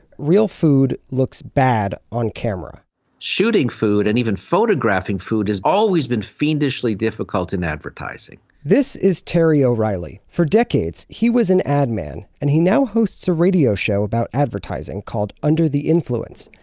real food looks bad on camera shooting food and even photographing food has always been fiendishly difficult in advertising this is terry o'reilly. for decades, he was an ad man and he now hosts a radio show about advertising called under the influence.